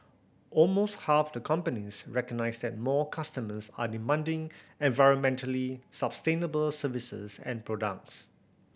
almost half the companies recognise that more customers are demanding environmentally sustainable services and products